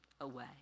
away